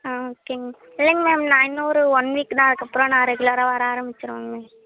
ஆ ஓகேங்க இல்லைங்க மேம் நான் இன்னும் ஒரு ஒன் வீக்தான் அதுக்கப்புறோம் நான் ரெகுலராக வர ஆரம்பித்திருவங்க மேம்